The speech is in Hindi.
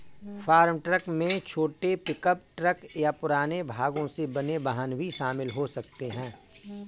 फार्म ट्रक में छोटे पिकअप ट्रक या पुराने भागों से बने वाहन भी शामिल हो सकते हैं